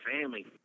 family